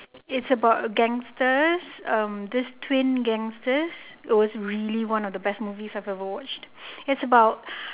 its about a gangsters um this twin gangsters it was really one of the best movies I have ever watched it's about